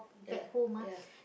ya ya